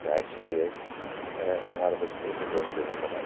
ᱥᱮ I C D S ᱱᱚᱶᱟ ᱨᱮᱫᱚ ᱤᱧ ᱫᱚ ᱠᱤᱱᱛᱩ ᱵᱟᱹᱧ ᱠᱟᱹᱢᱤ ᱠᱟᱱᱟ